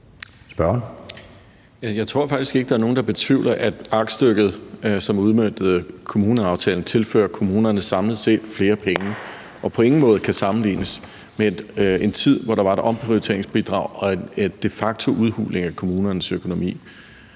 Jeg tror faktisk ikke, at der er nogen, der betvivler, at aktstykket, som udmøntede kommuneaftalen, tilfører kommunerne samlet set flere penge og på ingen måde kan sammenlignes med en tid, hvor der var et omprioriteringsbidrag og en de facto udhuling af kommunernes økonomi.